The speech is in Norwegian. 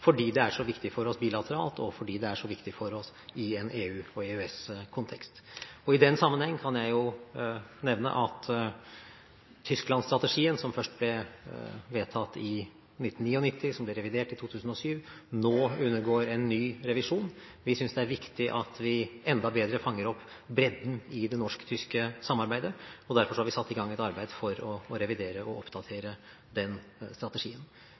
fordi det er så viktig for oss bilateralt, og fordi det er så viktig for oss i en EU- og EØS-kontekst. I den sammenheng kan jeg nevne at Tyskland-strategien, som først ble vedtatt i 1999, og som ble revidert i 2007, nå undergår en ny revisjon. Vi synes det er viktig at vi enda bedre fanger opp bredden i det norsk-tyske samarbeidet, og derfor har vi satt i gang et arbeid for å revidere og oppdatere den strategien.